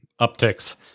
upticks